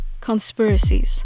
Conspiracies